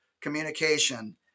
communication